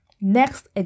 next